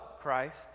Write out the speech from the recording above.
Christ